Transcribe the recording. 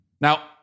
Now